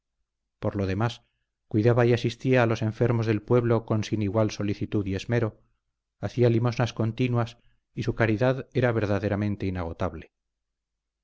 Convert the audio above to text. por lo demás cuidaba y asistía a los enfermos del pueblo con sin igual solicitud y esmero hacía limosnas continuas y su caridad era verdaderamente inagotable